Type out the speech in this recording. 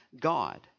God